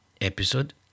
episode